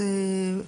(2)